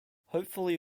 hopefully